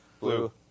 Blue